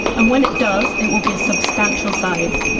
and when it does it will be a substantial size,